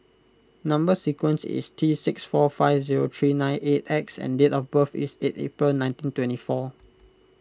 Number Sequence is T six four five zero three nine eight X and date of birth is eight April nineteen twenty four